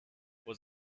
was